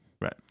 Right